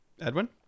edwin